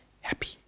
happy